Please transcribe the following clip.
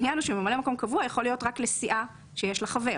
מכיוון שממלא מקום קבוע יכול להיות רק לסיעה שיש לה חבר,